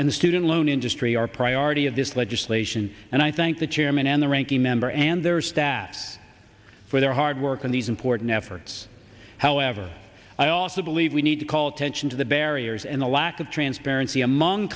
in the student loan industry our priority of this legislation and i thank the chairman and the ranking member and their staff for their hard work on these important efforts however i also believe we need to call attention to the barriers and the lack of transparency among